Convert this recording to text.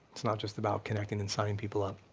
it's not just about connecting and signing people up.